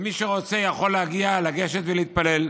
ומי שרוצה יכול להגיע, לגשת ולהתפלל.